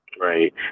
Right